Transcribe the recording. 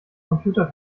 computer